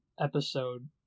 episode